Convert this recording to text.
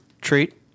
treat